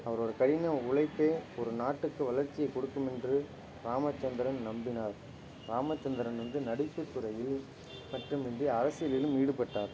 அவரோட கடின உழைப்பே ஒரு நாட்டுக்கு வளர்ச்சியக் கொடுக்கும் என்பதை ராமச்சந்திரன் நம்பினார் ராமச்சந்திரன் வந்து நடிப்புத் துறையில் மட்டுமின்றி அரசியலிலும் ஈடுபட்டார்